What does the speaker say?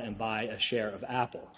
and buy a share of apple